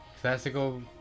classical